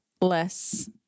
less